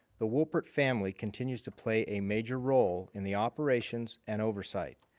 the woolpert family continues to play a major role in the operations and oversight.